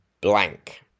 blank